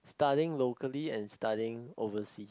studying locally and studying overseas